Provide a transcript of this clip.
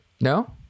No